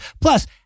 Plus